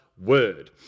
Word